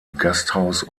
gasthaus